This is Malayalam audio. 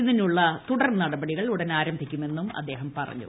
ഇതിനുള്ള തുടർ നടപടികൾ ഉടൻ ആരംഭിക്കുമെന്ന് അദ്ദേഹം പുറിഞ്ഞു